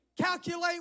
calculate